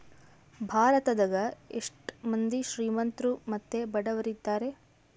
ಭಾರತದಗ ಎಷ್ಟ ಮಂದಿ ಶ್ರೀಮಂತ್ರು ಮತ್ತೆ ಬಡವರಿದ್ದಾರೆ?